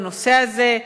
לנושא הזה,